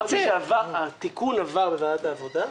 אמרתי, התיקון עבר לוועדת העבודה והרווחה.